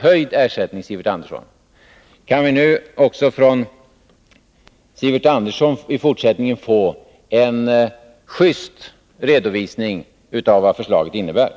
höjd ersättning, Sivert Andersson. Kan vi nu också från Sivert Andersson i fortsättningen få en just redovisning av vad förslaget innebär?